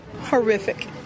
Horrific